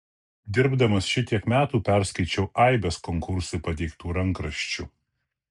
dirbdamas šitiek metų perskaičiau aibes konkursui pateiktų rankraščių